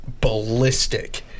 ballistic